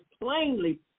plainly